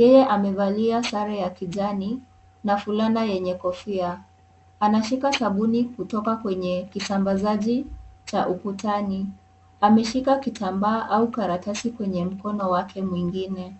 yeye amevalia sare ya kijani na fulana yenye kofia. anashika sabuni kutoka kwenye kisambazaji cha ukutani ameshika kitambaa au karatasi kwenye mkono wake mwingine.